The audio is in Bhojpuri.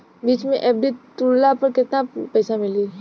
बीच मे एफ.डी तुड़ला पर केतना पईसा मिली?